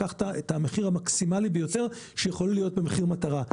אתה לקחת את המחיר המקסימלי ביותר שיכול להיות במחיר מטרה.